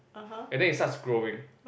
and then it starts growing